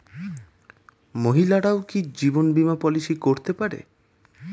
মহিলারাও কি জীবন বীমা পলিসি করতে পারে?